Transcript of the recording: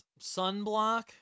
sunblock